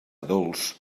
dolç